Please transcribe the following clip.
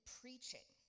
preaching